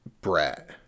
brat